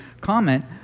comment